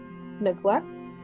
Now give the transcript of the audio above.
neglect